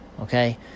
okay